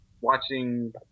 watching